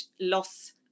loss